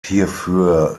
hierfür